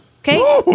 Okay